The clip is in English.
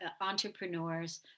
entrepreneurs